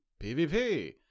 pvp